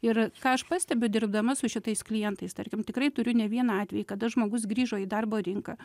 ir ką aš pastebiu dirbdama su šitais klientais tarkim tikrai turiu ne vieną atvejį kada žmogus grįžo į darbo rinką